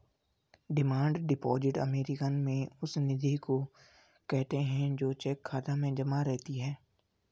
demand deposit American में उस निधि को कहते हैं जो चेक खाता में जमा रहती है